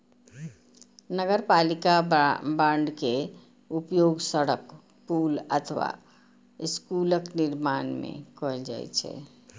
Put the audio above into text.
नगरपालिका बांड के उपयोग सड़क, पुल अथवा स्कूलक निर्माण मे कैल जाइ छै